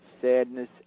sadness